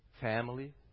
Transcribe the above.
Family